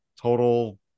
Total